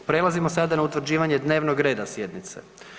Prelazimo sada na utvrđivanje dnevnog reda sjednice.